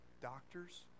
doctors